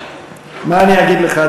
מה אני אגיד לך,